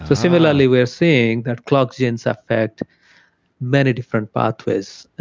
similarly, we're seeing that clock genes affect many different pathways.